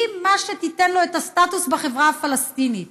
מה שייתן לו את הסטטוס בחברה הפלסטינית.